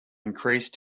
increase